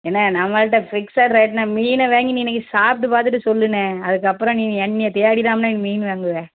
எண்ண நம்மள்கிட்ட ஃபிக்ஸட் ரேட்ண்ணெ மீனை வாங்கி நீ இன்றைக்கி சாப்பிட்டு பார்த்துட்டு சொல்லுண்ணே அதுக்கப்புறம் நீ என்னை தேடி தாமுண்ணே நீ மீன் வாங்குவே